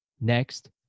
next